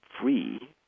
free